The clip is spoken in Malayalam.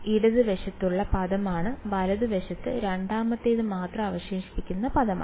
ഇടതുവശത്തുള്ള പദമാണ് വലതുവശത്ത് രണ്ടാമത്തേത് മാത്രം അവശേഷിക്കുന്ന പദമാണ്